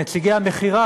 נציגי המכירה,